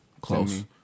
close